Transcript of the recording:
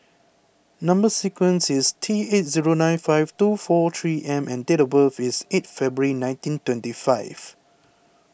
Number Sequence is T eight zero nine five two four three M and date of birth is eight February nineteen twenty five